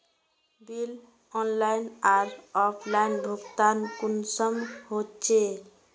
Bill online आर offline भुगतान कुंसम होचे?